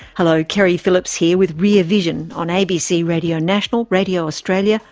hello, keri phillips here with rear vision on abc radio national, radio australia,